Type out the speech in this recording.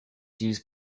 use